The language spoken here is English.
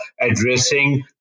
addressing